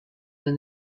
than